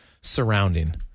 surrounding